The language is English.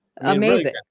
Amazing